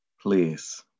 please